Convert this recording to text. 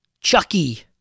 Chucky